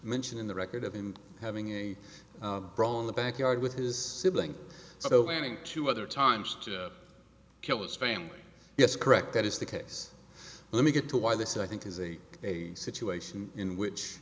mention in the record of him having a brawl in the backyard with his sibling so any two other times to kill his family yes correct that is the case let me get to why this i think is a situation in which